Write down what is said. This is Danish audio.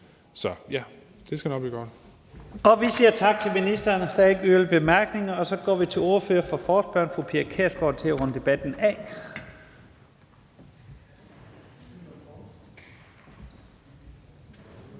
Så ja, det skal nok blive godt.